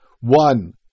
One